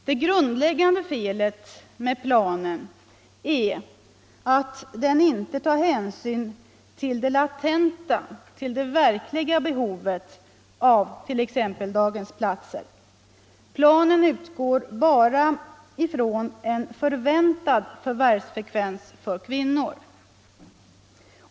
Det grundläggande felet med planen är att den inte tar hänsyn till det latenta, det verkliga behovet av t.ex. daghemsplatser. Planen utgår bara från förväntad förvärvsfrekvens för kvinnor.